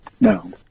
No